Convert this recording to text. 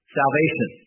salvation